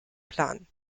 planen